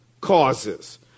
causes